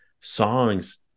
songs